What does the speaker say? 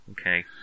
Okay